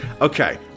Okay